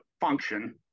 function